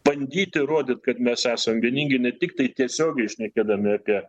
bandyt įrodyt kad mes esam vieningi ne tiktai tiesiogiai šnekėdami apie